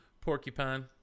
Porcupine